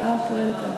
השעה פועלת עלי.